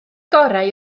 gorau